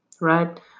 right